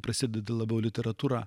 prasideda labiau literatūra